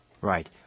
Right